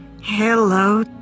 Hello